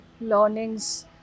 learnings